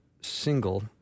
single